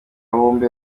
bombi